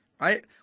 Right